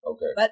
Okay